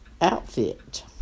outfit